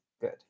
good